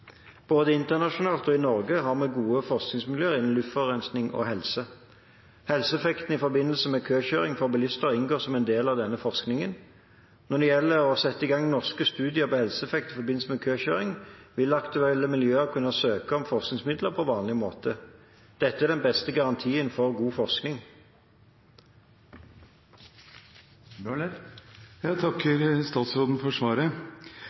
Både internasjonalt og i Norge har vi gode forskningsmiljøer innen luftforurensing og helse. Helseeffekter i forbindelse med køkjøring for bilister inngår som en del av denne forskningen. Når det gjelder å sette i gang norske studier på helseeffekter i forbindelse med køkjøring, vil aktuelle miljøer kunne søke om forskningsmidler på vanlig måte. Dette er den beste garantien for god forskning. Jeg takker statsråden for svaret.